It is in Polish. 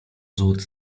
złoty